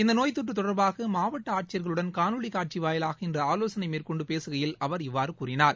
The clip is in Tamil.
இந்த நோய் தொற்று தொடர்பாக மாவட்ட ஆட்சியர்களுடன் காணொலி காட்சி வாயிலாக இன்று ஆலோசனை மேற்கொண்டு பேசுகையில் அவர் இவ்வாறு கூறினார்